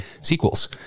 sequels